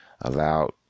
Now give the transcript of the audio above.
Allowed